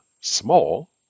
small